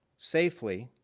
safely,